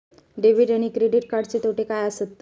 Debit आणि credit कार्डचे तोटे काय आसत तर?